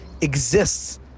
exists